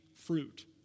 fruit